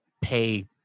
pay